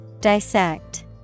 Dissect